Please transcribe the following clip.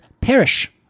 perish